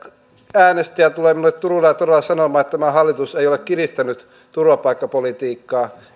äänestäjä tulee minulle turuilla ja toreilla sanomaan että tämä hallitus ei ole kiristänyt turvapaikkapolitiikkaa